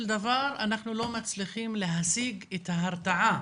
דבר אנחנו לא מצליחים להשיג את ההרתעה